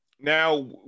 Now